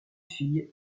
fille